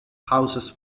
houses